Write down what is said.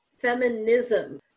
feminism